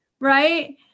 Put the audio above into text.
right